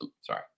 sorry